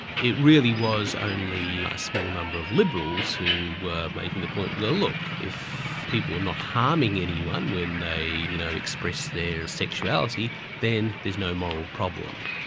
it really was only a small number of liberals who were making the point, well look, if people are not harming anyone when they you know express their sexuality, then there's no moral problem.